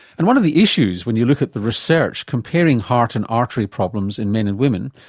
and one of the issues when you look at the research comparing heart and artery problems in men and women,